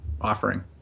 offering